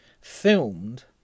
filmed